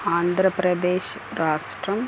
ఆంధ్రప్రదేశ్ రాష్ట్రం